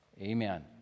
amen